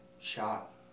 shot